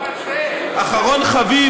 אחרון חביב,